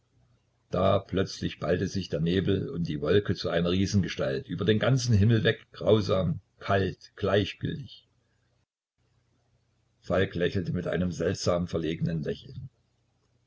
da plötzlich ballte sich der nebel und die wolken zu einer riesengestalt über den ganzen himmel weg grausam kalt gleichgültig falk lächelte mit einem seltsam verlegenen lächeln